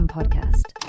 Podcast